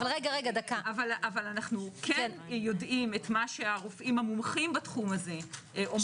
אבל אנחנו כן יודעים מה שהרופאים המומחים בתחום הזה אומרים,